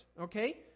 Okay